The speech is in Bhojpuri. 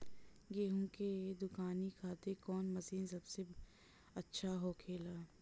गेहु के दऊनी खातिर कौन मशीन सबसे अच्छा होखेला?